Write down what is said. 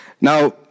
Now